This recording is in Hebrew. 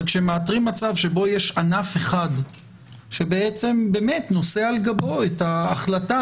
אבל כשמאתרים מצב שבו יש ענף אחד שנושא על גבו את ההחלטה